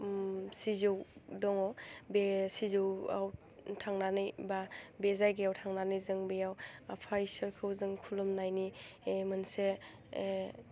सिजौ दङ बे सिजौआव थांनानै बा बे जायगायाव थांनानै जों बेयाव आफा इसोरखौ जों खुलुमनायनि मोनसे